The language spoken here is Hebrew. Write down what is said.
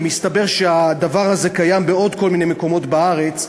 ומסתבר שהדבר הזה קיים בעוד כל מיני מקומות בארץ,